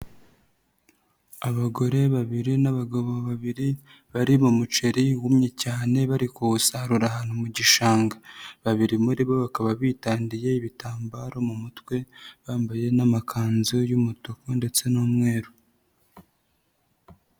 Abagore babiri n'abagabo babiri bari mu muceri wumye cyane bari kuwusarura ahantu mu gishanga babiri muri bo bakaba bitadiye ibitambaro mu mutwe bambaye n'amakanzu y'umutuku ndetse n'umweru.